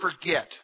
forget